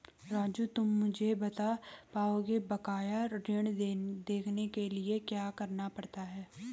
राजू तुम मुझे बता पाओगे बकाया ऋण देखने के लिए क्या करना पड़ता है?